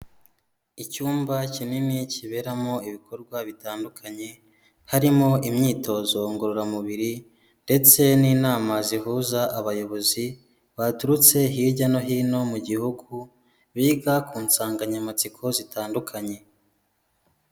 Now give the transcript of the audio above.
Icyumba kinini kiberamo ibikorwa bitandukanye, harimo imyitozo ngororamubiri, ndetse n'inama zihuza abayobozi baturutse hirya no hino mu gihugu, biga ku nsanganyamatsiko zitandukanye.